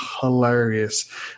hilarious